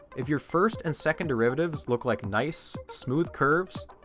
if your first and second derivatives look like nice smooth curves,